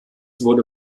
wurde